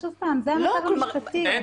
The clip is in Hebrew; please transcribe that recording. שוב פעם, זה המצב המשפטי.